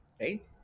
right